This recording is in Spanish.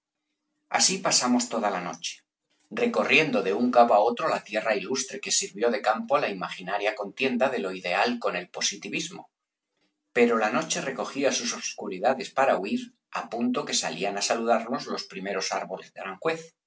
así pasamos toda la noche recorriendo de b pérez galdós un cabo á otro la tierra ilustre que sirvió de campo á la imaginaria contienda de lo ideal con el positivismo pero la noche recogía sus obscuridades para huir á punto que salían á saludarnos los primeros árboles de aranjuez